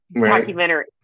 documentary